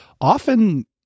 often